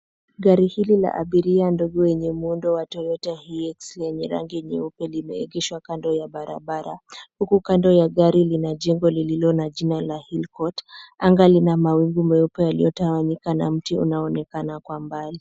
Gari hili la abiria ndogo yenye muundo wa Toyota Hiace lenye rangi nyeupe limeegeshwa kando ya barabara, huku kando ya gari lina jengo lililo na jina la Hill Court . Anga lina mawingu meupe yaliyotawanyika na mti unaoonekana kwa mbali.